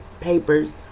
papers